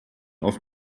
auf